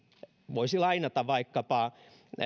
voisi lainata vaikkapa